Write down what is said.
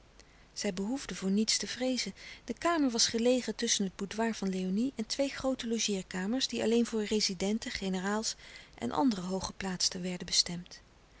zij behoefden voor niets te vreezen de kamer was gelegen tusschen het boudoir van léonie en twee groote logeerkamers die alleen voor rezidenten generaals en andere hooggeplaatsten werden bestemd